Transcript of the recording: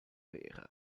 vera